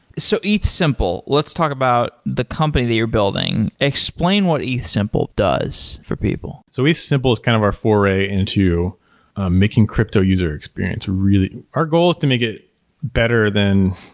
so ethsimple. let's talk about the company that you're building. explain what ethsimple does for people so ethsimple is kind of our foray into making crypto user experience really our goal is to make it better than